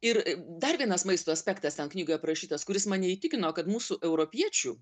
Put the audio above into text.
ir dar vienas maisto aspektas ten knygoj aprašytas kuris mane įtikino kad mūsų europiečių